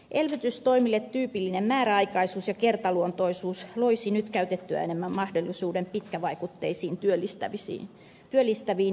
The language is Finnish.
elvytystoimille tyypillinen määräaikaisuus ja kertaluontoisuus loisivat nyt käytettyä enemmän mahdollisuuden pitkävaikutteisiin työllistäviin investointipanostuksiin